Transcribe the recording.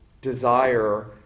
desire